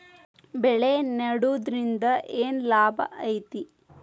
ಬೆಳೆ ನೆಡುದ್ರಿಂದ ಏನ್ ಲಾಭ ಐತಿ?